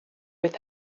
with